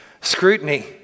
scrutiny